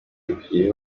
kugira